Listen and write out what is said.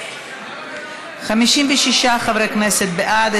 56 חברי כנסת בעד,